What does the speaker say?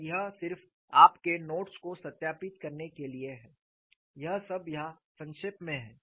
और यह सिर्फ आपके नोट्स को सत्यापित करने के लिए है यह सब यहाँ संक्षेप में है